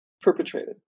perpetrated